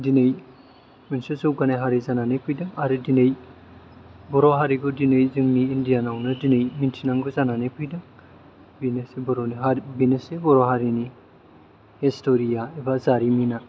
दिनै मोनसे जौगानाय हारि जानानै फैदों आरो दिनै बर' हारिखौ दिनै जोंनि इण्डियान यावनो दिनै मिथिनांगौ जानानै फैदों बिनोसै बर'नि हारि बिनोसै बर' हारिनि हिस्टरि या एबा जारिमिना